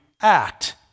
act